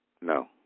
No